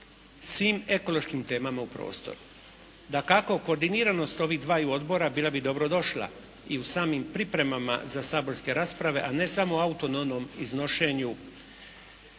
svim ekološkim temama u prostoru. Dakako koordiniranost ovih dvaju odbora bila bi dobrodošla i u samim pripremama za saborska rasprave, a ne samo u autonomnom iznošenju